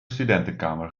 studentenkamer